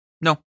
no